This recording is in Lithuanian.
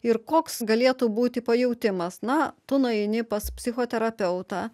ir koks galėtų būti pajautimas na tu nueini pas psichoterapeutą